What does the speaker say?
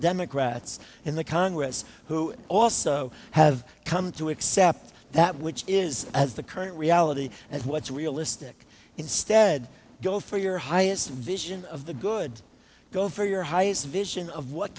democrats in the congress who also have come to accept that which is as the current reality as what's realistic instead go for your highest vision of the good go for your highest vision of what